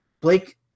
Blake